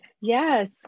Yes